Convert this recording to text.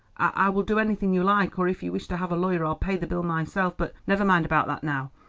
i will do anything you like, or if you wish to have a lawyer i'll pay the bill myself. but never mind about that now.